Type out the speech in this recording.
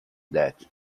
that